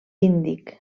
índic